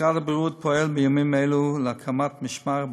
משרד הבריאות פועל בימים אלו להקמת משמר הבריאות,